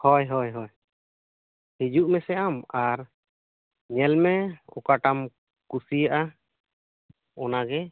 ᱦᱳᱭ ᱦᱳᱭ ᱦᱚᱭ ᱦᱤᱡᱩᱜ ᱢᱮᱥᱮ ᱟᱢ ᱟᱨ ᱧᱮᱞ ᱢᱮ ᱚᱠᱟᱴᱟᱜ ᱮᱢ ᱠᱩᱥᱤᱭᱟᱜᱼᱟ ᱚᱱᱟᱜᱮ